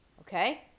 Okay